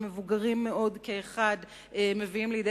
גם מקום שבו בני נוער ומבוגרים מאוד כאחד מביאים לידי